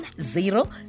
zero